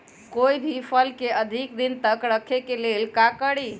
कोई भी फल के अधिक दिन तक रखे के लेल का करी?